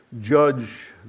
judge